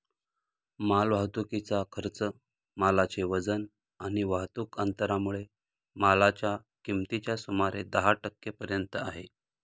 माल वाहतुकीचा खर्च मालाचे वजन आणि वाहतुक अंतरामुळे मालाच्या किमतीच्या सुमारे दहा टक्के पर्यंत आहे